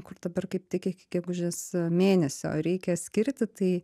kur dabar kaip tik iki gegužės mėnesio reikia skirti tai